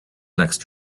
next